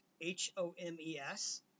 H-O-M-E-S